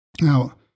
Now